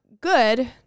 Good